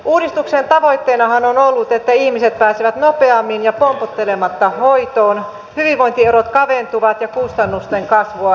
uudistuksen tavoitteenahan on ollut että ihmiset pääsevät nopeammin ja pompottelematta hoitoon hyvinvointierot kaventuvat ja kustannusten kasvua hillitään